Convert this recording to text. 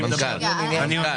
אני מדבר על משהו אחר.